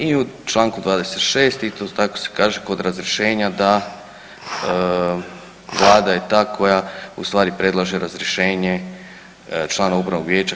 I u čl. 26. isto tako se kaže kod razrješenja da vlada je ta koja u stvari predlaže razrješenje članova upravnog vijeća HS.